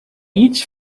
each